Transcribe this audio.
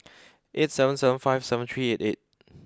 eight seven seven five seven three eight eight